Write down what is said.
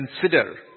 Consider